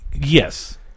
Yes